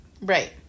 Right